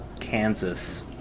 Kansas